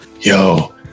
Yo